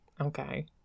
Okay